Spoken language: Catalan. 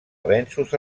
avenços